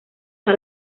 sue